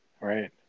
Right